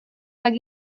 tak